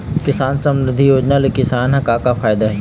किसान समरिद्धि योजना ले किसान ल का का फायदा हे?